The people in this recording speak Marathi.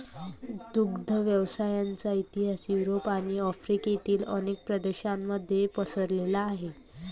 दुग्ध व्यवसायाचा इतिहास युरोप आणि आफ्रिकेतील अनेक प्रदेशांमध्ये पसरलेला आहे